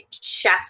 chef